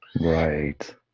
Right